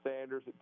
Sanders